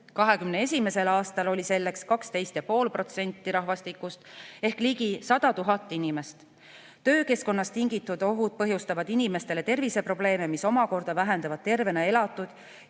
2021. aastal oli see 12,5% rahvastikust ehk ligi 100 000 inimest. Töökeskkonnast tingitud ohud põhjustavad inimestele terviseprobleeme, mis omakorda vähendavad tervena elatud